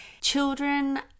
Children